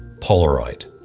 polaroid.